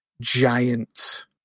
giant